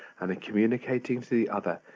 and communicating to the other,